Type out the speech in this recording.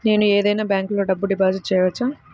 నేను ఏదైనా బ్యాంక్లో డబ్బు డిపాజిట్ చేయవచ్చా?